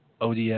ODS